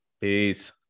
Peace